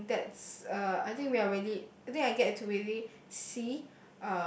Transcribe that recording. uh that's uh I think we are really I think I get to really see